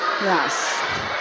Yes